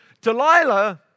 Delilah